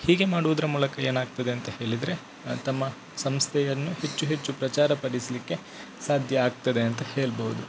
ಹೀಗೆ ಮಾಡುವುದ್ರ ಮೂಲಕ ಏನಾಗ್ತದೆ ಅಂತ ಹೇಳಿದರೆ ತಮ್ಮ ಸಂಸ್ಥೆಯನ್ನು ಹೆಚ್ಚು ಹೆಚ್ಚು ಪ್ರಚಾರ ಪಡಿಸಲಿಕ್ಕೆ ಸಾಧ್ಯ ಆಗ್ತದೆ ಅಂತ ಹೇಳ್ಬೋದು